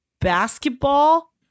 basketball